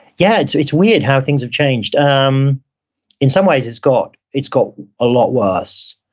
yeah, it's it's weird how things have changed. um in some ways, it's got it's got a lot worse.